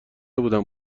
بودم